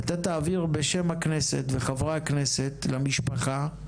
נתת אוויר בשם הכנסת וחברי הכנסת למשפחה,